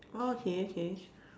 orh K okay